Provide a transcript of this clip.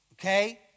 okay